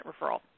referral